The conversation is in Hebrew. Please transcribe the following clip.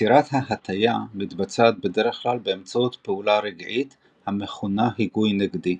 יצירת ההטייה מתבצעת בדרך כלל באמצעות פעולה רגעית המכונה היגוי נגדי.